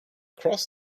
cross